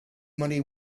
money